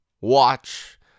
watch